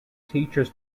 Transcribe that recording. teachers